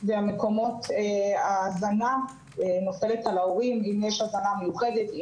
ומהמקומות ההזנה נופלת על ההורים אם יש הזנה מיוחדת,